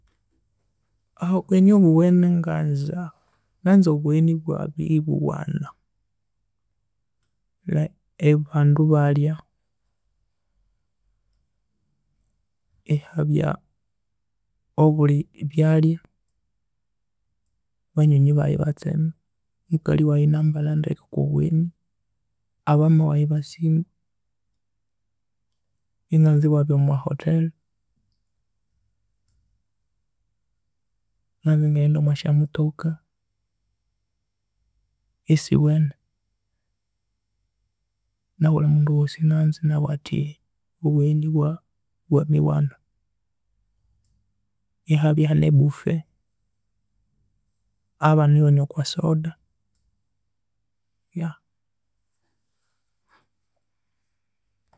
Aha obugheni obuwene nganza nganza obugheni ebwa ebuwana abandu ebalhya, ehabya obulhi byalhya banyoni baghe ebatsema mukalhi waghe enambalha ndeke okwa bugheni aba mama waghe ebasima enganza ebwabya omwa hotel nganza engaghenda omwa sya mothoka esiwune na bulhi mundu owoosi enanza enabugha athi obugheni bwa bwa mwiwana ehabye aha ne buffe abana ebanywa okwa soda yeah.